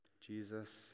Jesus